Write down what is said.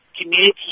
community